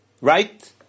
Right